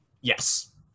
Yes